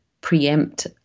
preempt